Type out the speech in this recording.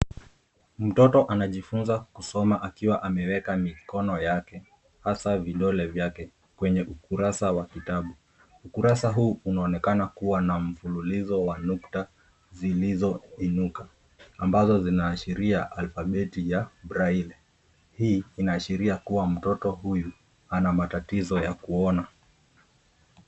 Mtoto anajifunza kusoma akiwa ameweka mikono yake, hasa vidole vyake kwenye ukurasa wa kitabu. Ukurasa huu unaonekana kuwa na mfululizo wa nukta zilizoinuka ambazo zinaashiria alpabeti ya breli. Hii inaashiria kuwa mtoto huyu ana matatizo ya kuona.